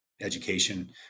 education